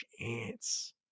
chance